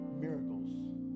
miracles